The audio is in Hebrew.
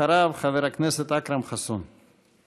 אחריו, חבר הכנסת אכרם חסון.